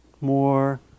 more